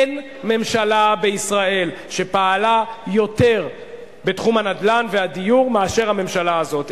אין ממשלה בישראל שפעלה בתחום הנדל"ן והדיור יותר מאשר הממשלה הזאת.